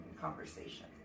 conversation